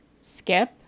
skip